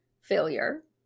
failure